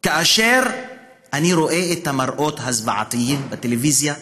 נקרע כאשר אני רואה את המראות הזוועתיים בטלוויזיה,